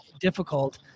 difficult